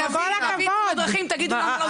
אם נביא לתאונות דרכים תגידו למה לא זה,